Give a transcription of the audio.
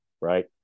right